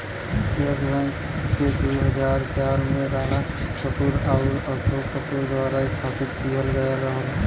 yes Bank के दू हज़ार चार में राणा कपूर आउर अशोक कपूर द्वारा स्थापित किहल गयल रहल